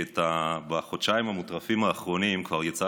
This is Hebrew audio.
כי בחודשיים המוטרפים האחרונים כבר יצא